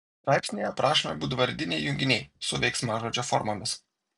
straipsnyje aprašomi būdvardiniai junginiai su veiksmažodžio formomis